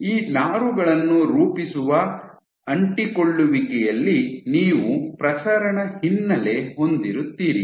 ಈ ನಾರುಗಳನ್ನು ರೂಪಿಸುವ ಅಂಟಿಕೊಳ್ಳುವಿಕೆಯಲ್ಲಿ ನೀವು ಪ್ರಸರಣ ಹಿನ್ನೆಲೆ ಹೊಂದಿರುತ್ತೀರಿ